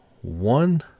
one